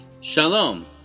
Shalom